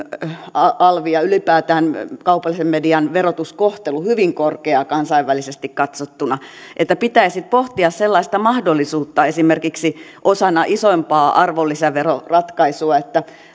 alvi ja ylipäätään kaupallisen median verotuskohtelu on hyvin korkeaa kansainvälisesti katsottuna että pitäisi pohtia sellaista mahdollisuutta esimerkiksi osana isompaa arvonlisäveroratkaisua että